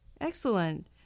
Excellent